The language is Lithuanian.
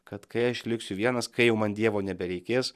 kad kai aš liksiu vienas kai jau man dievo nebereikės